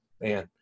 man